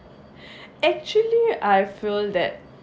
actually I feel that